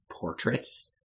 portraits